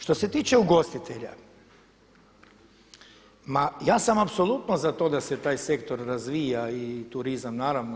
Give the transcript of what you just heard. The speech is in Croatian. Što se tiče ugostitelja, ma ja sam apsolutno za to da se taj sektor razvija i turizam naravno.